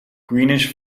greenish